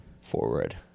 forward